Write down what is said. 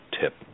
tip